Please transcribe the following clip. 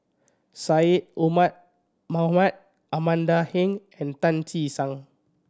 Syed Omar Mohamed Amanda Heng and Tan Che Sang